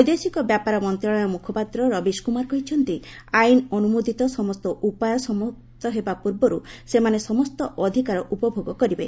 ବୈଦେଶିକ ବ୍ୟାପାର ମନ୍ତ୍ରଶାଳୟ ମୁଖପାତ୍ର ରବିଶ କୁମାର କହିଛନ୍ତି ଆଇନ ଅନୁମୋଦିତ ସମସ୍ତ ଉପାୟ ସମାପ୍ତ ହେବା ପୂର୍ବରୁ ସେମାନେ ସମସ୍ତ ଅଧିକାର ଉପଭୋଗ କରିବେ